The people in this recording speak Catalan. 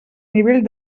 nivell